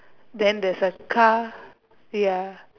then there is a car ya